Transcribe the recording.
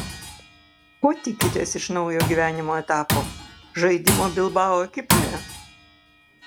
ko tikitės iš naujo gyvenimo etapo žaidimo bilbao ekipoje